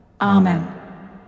Amen